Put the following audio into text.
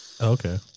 Okay